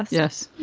yes.